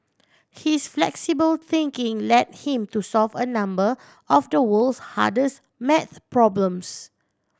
his flexible thinking led him to solve a number of the world's hardest maths problems